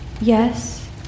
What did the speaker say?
Yes